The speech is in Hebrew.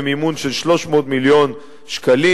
במימון של 300 מיליון שקלים,